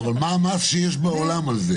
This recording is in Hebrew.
מה המס שיש בעולם על זה?